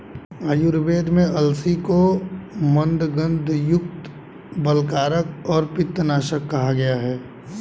आयुर्वेद में अलसी को मन्दगंधयुक्त, बलकारक और पित्तनाशक कहा गया है